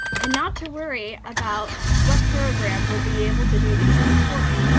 and not to worry about what program will be able to do these things for me.